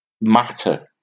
matter